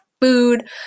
food